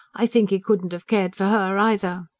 i think he couldn't have cared for her either.